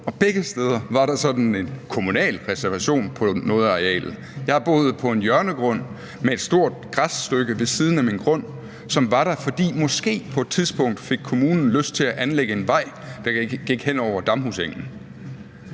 og begge steder var der sådan en kommunal reservation på noget af arealet. Jeg har boet på en hjørnegrund med et stort græsstykke ved siden af min grund, som var der, fordi kommunen måske på et tidspunkt fik lyst til at anlægge en vej, der gik hen over Damhusengen.